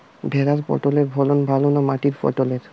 ভেরার পটলের ফলন ভালো না মাটির পটলের?